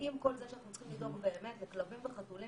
ועם כל זה שאנחנו צריכים באמת לדאוג לכלבים וחתולים,